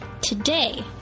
Today